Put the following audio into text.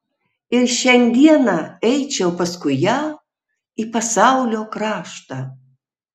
ir šiandieną eičiau paskui ją į pasaulio kraštą